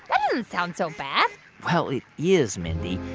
sound so bad well, it is, mindy.